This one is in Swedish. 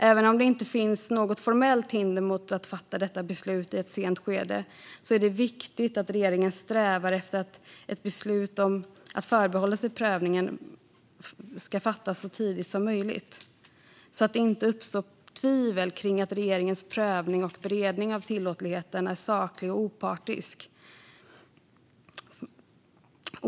Även om det inte finns något formellt hinder mot att fatta detta beslut i ett sent skede är det viktigt att regeringen strävar efter att ett beslut om att förbehålla sig prövningen ska fattas så tidigt som möjligt, för att det inte ska uppstå tvivel om att regeringens prövning och beredning av tillåtligheten är saklig och opartisk.